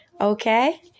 Okay